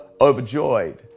overjoyed